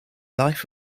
life